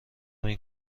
این